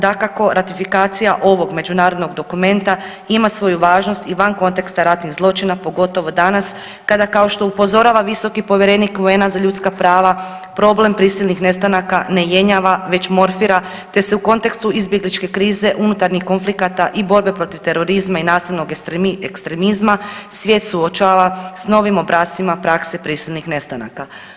Dakako ratifikacija ovog međunarodnog dokumenta ima svoju važnost i van konteksta ratnih zločina, pogotovo danas, kada kao što upozorava visoki povjerenik UN-a za ljudska prava, problem prisilnih nestanaka ne jenjava već morfira, te se u kontekstu izbjegličke krize, unutarnjih konflikata i borbe protiv terorizma i nasilnog ekstremizma svijet suočava s novim obrascima prakse prisilnih nestanaka.